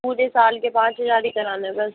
मुझे साल के पाँच हजार ही कराने हैं बस